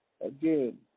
Again